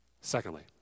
Secondly